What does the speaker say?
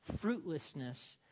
fruitlessness